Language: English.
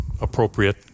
appropriate